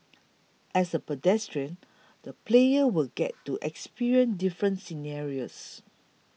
as a pedestrian the player will get to experience different scenarios